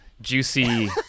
juicy